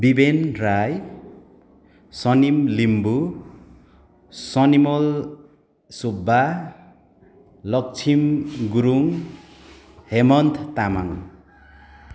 Viven Rai Sanim Limbu Sanimal Subba Lakshim Gurung Hemant Tamang